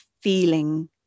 feeling